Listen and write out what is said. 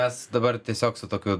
mes dabar tiesiog su tokiu